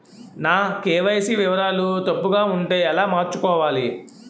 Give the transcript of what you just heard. నా కే.వై.సీ వివరాలు తప్పుగా ఉంటే ఎలా మార్చుకోవాలి?